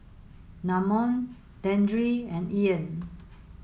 Namon Dandre and Ean